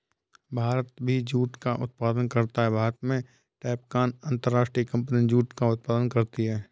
भारत भी जूट का उत्पादन करता है भारत में टैपकॉन अंतरराष्ट्रीय कंपनी जूट का उत्पादन करती है